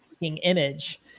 image